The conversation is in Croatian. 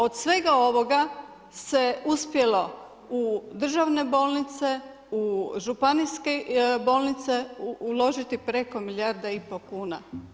Od svega ovog se uspjelo u državne bolnice, u županijske bolnice uložiti preko milijarda i pol kuna.